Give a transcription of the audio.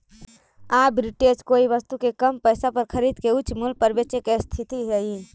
arbitrage कोई वस्तु के कम पईसा पर खरीद के उच्च मूल्य पर बेचे के स्थिति हई